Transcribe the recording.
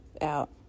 out